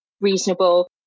reasonable